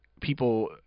people